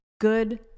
good